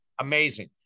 Amazing